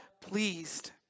pleased